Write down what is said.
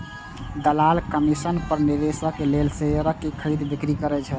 दलाल कमीशन पर निवेशक लेल शेयरक खरीद, बिक्री करै छै